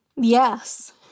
Yes